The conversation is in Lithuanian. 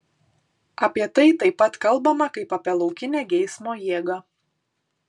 apie tai taip pat kalbama kaip apie laukinę geismo jėgą